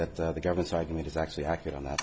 that the government's argument is actually accurate on that